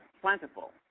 plentiful